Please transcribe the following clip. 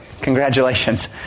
Congratulations